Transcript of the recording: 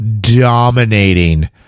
dominating